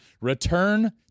return